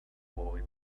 boy